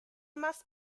must